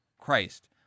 Christ